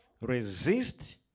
Resist